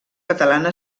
catalana